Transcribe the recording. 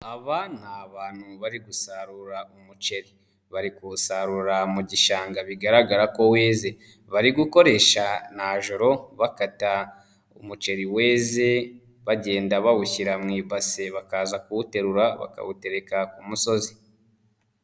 Aba ni abantu bari gusarura umuceri .Bari kuwusarura mu gishanga bigaragara ko weze, bari gukoresha najoro bakata umuceri weze bagenda bawushyira mu ibasi ,bakaza kuwuterura bakawutereka ku musozi.